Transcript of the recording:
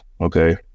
Okay